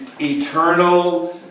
eternal